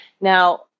Now